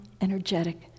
energetic